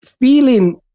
feeling